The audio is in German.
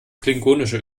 klingonische